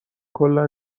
کلا